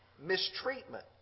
mistreatment